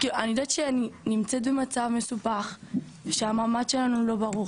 כאילו אני יודעת שאני נמצאת במצב מסובך ושהמעמד שלנו לא ברור,